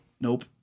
Nope